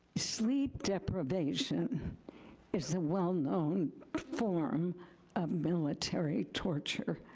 sleep deprivation is a well-known form of military torture.